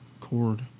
chord